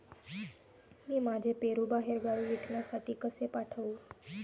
मी माझे पेरू बाहेरगावी विकण्यासाठी कसे पाठवू?